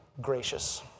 gracious